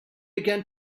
again